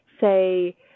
say